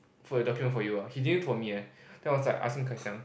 for your document for you ah he didn't for me eh then I was like asking Kai Xiang